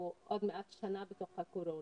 אנחנו עוד מעט שנה בתוך הקורונה,